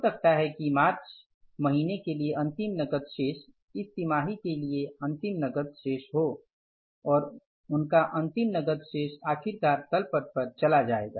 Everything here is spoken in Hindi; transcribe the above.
हो सकता है कि मार्च महीने के लिए अंतिम नकद शेष इस तिमाही के लिए अंतिम नकद शेष हो और उनका अंतिम नकद शेष आखिरकार तल पट पर चला जाएगा